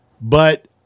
but-